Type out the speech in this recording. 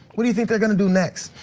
what do you think they're gonna do next?